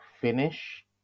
finish